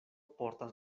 portas